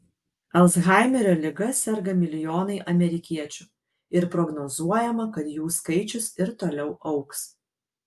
alzhaimerio liga serga milijonai amerikiečių ir prognozuojama kad jų skaičius ir toliau augs